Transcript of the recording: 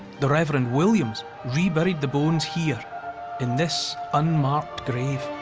the reverend williams reburied the bones here in this unmarked grave.